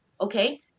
okay